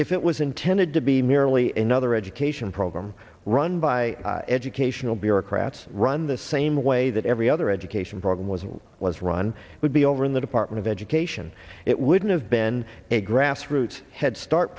if it was intended to be merely another education program run by educational bureaucrats run the same way that every other education program was it was run it would be over in the department of education it wouldn't have been a grassroots head start